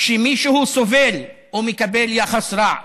כשמישהו סובל או מקבל יחס רע.